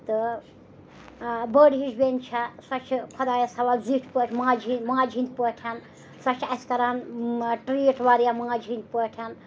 تہٕ بٔڑ ہِش بیٚنہِ چھےٚ سۄ چھِ خۄدایَس حوالہٕ زِٹھۍ پٲٹھۍ ماجہِ ہِنٛدۍ ماجہِ ہِنٛدۍ پٲٹھۍ سۄ چھِ اَسہِ کَران ٹرٛیٖٹ واریاہ ماجہِ ہِنٛدۍ پٲٹھۍ